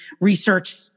research